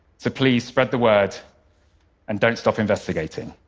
so please, spread the word and don't stop investigating.